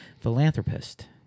philanthropist